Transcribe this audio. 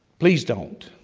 please don't,